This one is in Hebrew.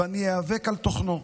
ואני איאבק על תוכנו,